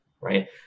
right